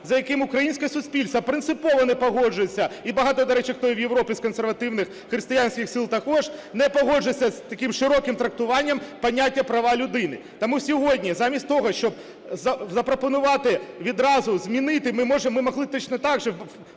з яким українське суспільство принципово не погоджується, і багато, до речі, хто в Європі з консервативних принципових християнських сил також не погоджується з таким широким трактуванням поняття "права людини". Тому сьогодні, замість того, щоб запропонувати відразу змінити, ми можемо точно так же,